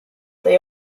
they